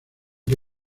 que